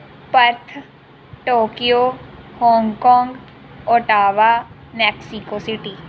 Perth Tokyo Hong Kong Ottawa Mexico city